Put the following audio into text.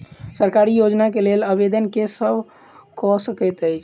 सरकारी योजना केँ लेल आवेदन केँ सब कऽ सकैत अछि?